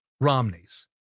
Romney's